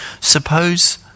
suppose